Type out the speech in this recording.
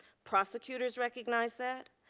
prosecutors recognize that.